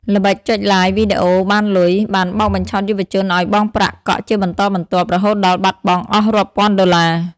ល្បិច "ចុច Like វីដេអូបានលុយ" បានបោកបញ្ឆោតយុវជនឱ្យបង់ប្រាក់កក់ជាបន្តបន្ទាប់ រហូតដល់បាត់បង់អស់រាប់ពាន់ដុល្លារ។